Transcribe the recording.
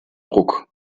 ruck